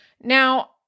Now